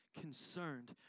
concerned